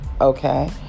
okay